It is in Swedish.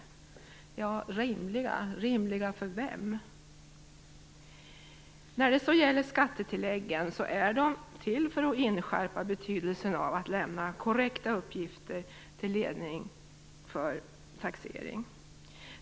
Då frågan man sig: Rimliga för vem? Skattetillägget är till för att inskärpa betydelsen av att lämna korrekta uppgifter till ledning för taxering.